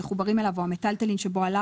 המחוברים אליו או המיטלטלין שבו עלה